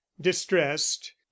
distressed